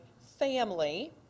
family